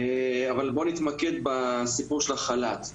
אבל בואו נתמקד בסיפור של החל"ת.